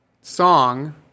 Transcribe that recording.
song